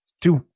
Two